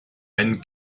einen